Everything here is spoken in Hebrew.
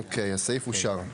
אוקיי, הסעיף אושר.